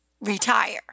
retire